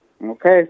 Okay